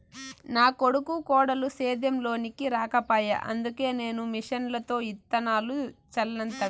నా కొడుకు కోడలు సేద్యం లోనికి రాకపాయె అందుకే నేను మిషన్లతో ఇత్తనాలు చల్లతండ